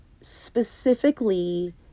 specifically